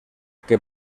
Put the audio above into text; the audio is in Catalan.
que